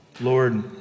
Lord